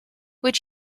would